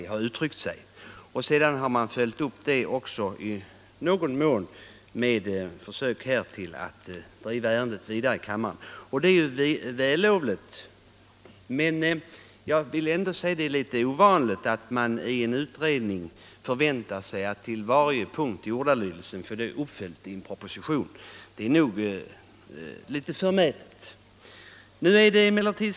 Sedan har det i någon mån följts upp genom försök att driva ärendet vidare till kammaren. Det är vällovligt, men det är ändå väldigt ovanligt att ledamöter i en utredning väntar sig att få varje punkt i utredningsbetänkandets ordalydelse uppföljd i en proposition. Det är litet förmätet.